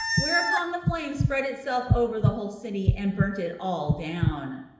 whereupon the flame spread itself over the whole city, and burnt it all down.